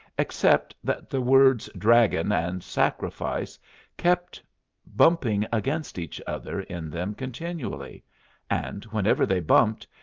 except that the words dragon and sacrifice kept bumping against each other in them continually and whenever they bumped,